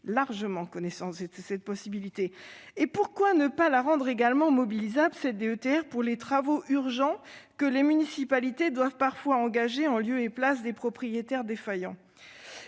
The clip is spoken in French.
largement connaissance de cette possibilité. Pourquoi ne pas la rendre également mobilisable pour les travaux urgents que les municipalités doivent parfois engager en lieu et place des propriétaires défaillants ?